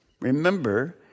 Remember